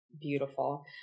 beautiful